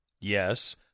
yes